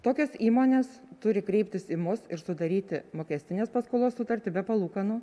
tokios įmonės turi kreiptis į mus ir sudaryti mokestinės paskolos sutartį be palūkanų